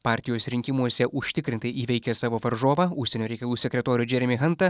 partijos rinkimuose užtikrintai įveikė savo varžovą užsienio reikalų sekretorių džeremį hantą